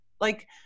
Like-